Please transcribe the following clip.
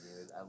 dude